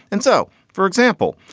and so, for example,